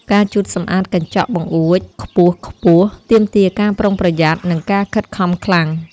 ការជូតសម្អាតកញ្ចក់បង្អួចខ្ពស់ៗ ទាមទារការប្រុងប្រយ័ត្ន និងការខិតខំខ្លាំង។